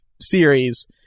series